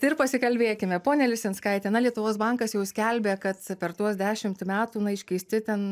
tai ir pasikalbėkime pone lisinskaite na lietuvos bankas jau skelbė kad per tuos dešimt metų na iškeisti ten